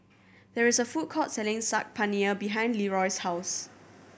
there is a food court selling Saag Paneer behind Leeroy's house